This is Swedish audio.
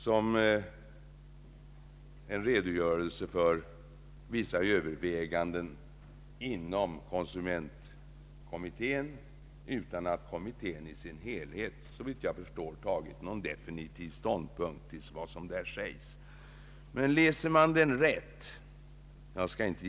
Såvitt jag förstår, har konsumentkommittén inte tagit någon defintiv ställning till denna redogörelse eller för egen del dragit några slutsatser som vissa talare här tror sig kunna utläsa ur rapporten.